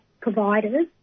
providers